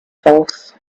false